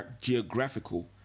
geographical